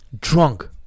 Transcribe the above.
drunk